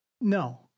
No